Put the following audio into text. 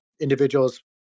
individuals